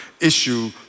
issue